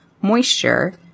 moisture